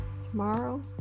tomorrow